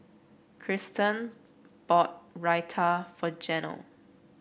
Kristen bought Raita for Janel